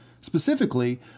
specifically